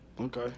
Okay